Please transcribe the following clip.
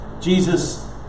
Jesus